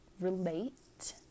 relate